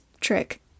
Trick